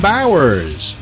Bowers